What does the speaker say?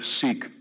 seek